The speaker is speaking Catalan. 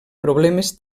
problemes